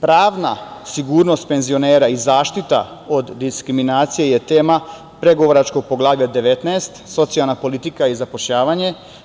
Pravna sigurnost penzionera i zaštita od diskriminacije je tema pregovaračkog Poglavlja 19, socijalna politika i zapošljavanje.